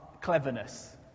cleverness